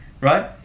Right